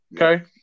Okay